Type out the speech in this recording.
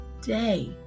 day